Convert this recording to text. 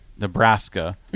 Nebraska